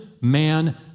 man